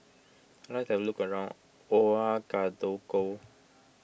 I would like to have a look around Ouagadougou